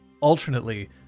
alternately